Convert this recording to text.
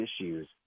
issues